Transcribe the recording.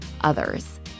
others